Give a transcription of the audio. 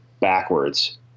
backwards